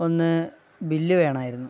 ഒന്ന് ബില്ല് വേണമായിരുന്നു